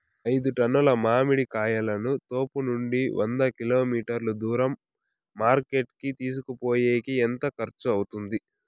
ఐదు టన్నుల మామిడి కాయలను తోపునుండి వంద కిలోమీటర్లు దూరం మార్కెట్ కి తీసుకొనిపోయేకి ఎంత ఖర్చు అవుతుంది?